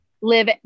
live